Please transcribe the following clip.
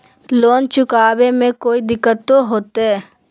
Loan चुकाने में कोई दिक्कतों होते?